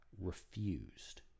refused